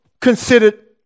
considered